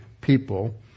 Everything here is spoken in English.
people